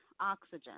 oxygen